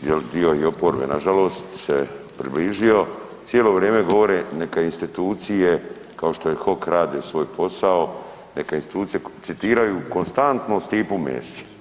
je li, dio i oporbe nažalost se približio, cijelo vrijeme govore neka institucije kao što je HOK rade svoj posao, neka institucije, citiraju konstantno Stipu Mesića.